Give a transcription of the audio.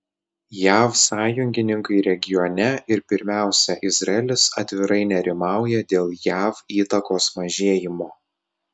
jav sąjungininkai regione ir pirmiausia izraelis atvirai nerimauja dėl jav įtakos mažėjimo